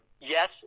Yes